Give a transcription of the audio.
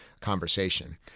conversation